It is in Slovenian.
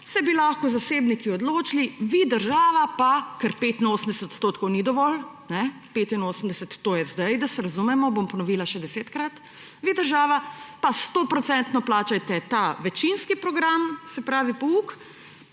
se bi lahko zasebniki odločili, vi država pa – ker 85 % ni dovolj. Kajne? 85 %, to je zdaj, da se razumemo, bom ponovila še desetkrat – vi država pa 100-procentno plačajte ta večinski program, se pravi pouk,